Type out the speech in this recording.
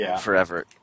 forever